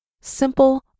simple